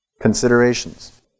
considerations